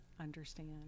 understand